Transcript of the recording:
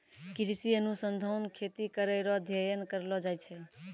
कृषि अनुसंधान खेती करै रो अध्ययन करलो जाय छै